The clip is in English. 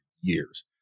years